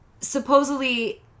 supposedly